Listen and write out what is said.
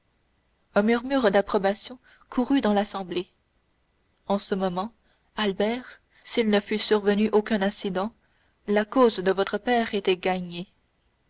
un murmure d'approbation courut dans l'assemblée en ce moment albert et s'il ne fût survenu aucun incident la cause de votre père était gagnée